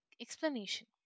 explanation